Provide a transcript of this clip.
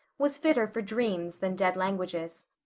was fitter for dreams than dead languages.